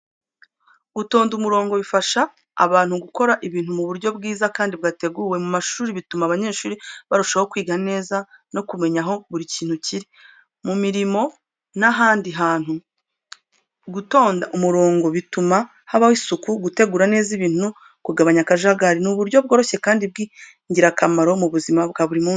Gutonda umurongo bifasha abantu gukora ibintu mu buryo bwiza kandi bwateguwe. Mu mashuri, bituma abanyeshuri barushaho kwiga neza no kumenya aho buri kintu kiri. Mu mirimo n’ahandi hantu, gutonda umurongo bituma habaho isuku, gutegura neza ibintu no kugabanya akajagari. Ni uburyo bworoshye kandi bw’ingirakamaro mu buzima bwa buri munsi.